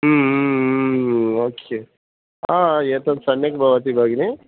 ओ के एतत् सम्यक् भवति भगिनी